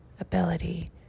ability